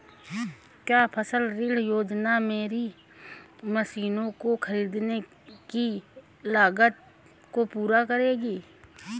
क्या फसल ऋण योजना मेरी मशीनों को ख़रीदने की लागत को पूरा करेगी?